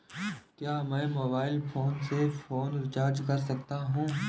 क्या मैं mobile phone से फोन रिचार्ज कर सकता हूं?